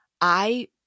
I-